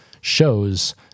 shows